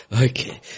Okay